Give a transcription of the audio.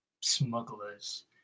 smugglers